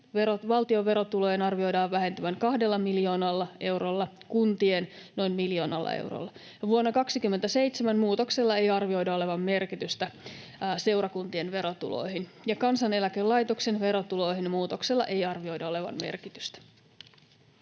valtion verotulojen arvioidaan vähentyvän kahdella miljoonalla eurolla, kuntien noin miljoonalla eurolla. Vuonna 27 muutoksella ei arvioida olevan merkitystä seurakuntien verotuloihin. Kansaneläkelaitoksen verotuloihin muutoksella ei arvioida olevan merkitystä.